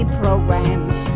programs